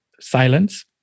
silence